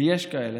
ויש כאלה,